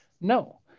No